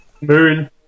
Moon